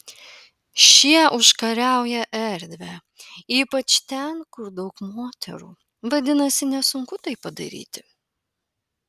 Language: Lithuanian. šie užkariauja erdvę ypač ten kur daug moterų vadinasi nesunku tai padaryti